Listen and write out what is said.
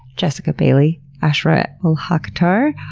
jessica bailey, ashra kolhatkar,